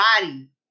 body